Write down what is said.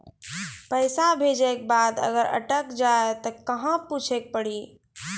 पैसा भेजै के बाद अगर अटक जाए ता कहां पूछे के पड़ी?